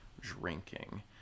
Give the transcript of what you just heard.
drinking